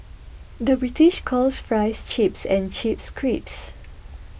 the British calls Fries Chips and chips creeps